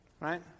right